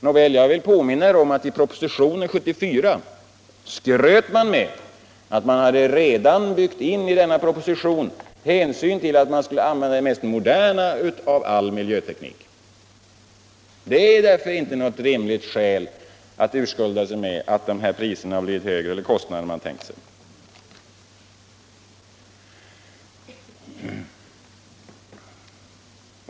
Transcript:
Nåväl, jag vill påminna er om att i propositionen 1974 skröt man med att man hade redan ”byggt in” i denna proposition hänsyn till att man skulle använda den mest moderna av all miljöteknik. Det är därför inte särskilt rimligt att urskulda sig med att de här kostnaderna blir högre än man tänkt sig.